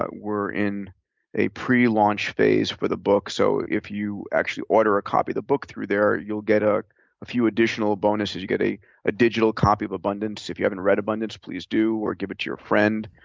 but we're in a pre-launch phase for the book, so if you actually order a copy of the book through there, you'll get ah a a few additional bonuses. you get a a digital copy of abundance if you haven't read abundance, please do, or give it to your friend.